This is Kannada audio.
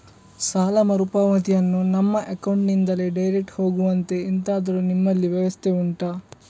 ಸಾಲ ಮರುಪಾವತಿಯನ್ನು ನಮ್ಮ ಅಕೌಂಟ್ ನಿಂದಲೇ ಡೈರೆಕ್ಟ್ ಹೋಗುವಂತೆ ಎಂತಾದರು ನಿಮ್ಮಲ್ಲಿ ವ್ಯವಸ್ಥೆ ಉಂಟಾ